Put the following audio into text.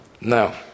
now